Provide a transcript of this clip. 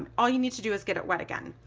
all you need to do is get it wet again.